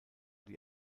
die